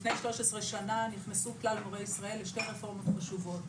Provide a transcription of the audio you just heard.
לפני 13 שנה נכנסו כלל מורי ישראל לשתי רפורמות חשובות.